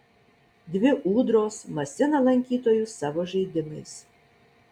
dvi ūdros masina lankytojus savo žaidimais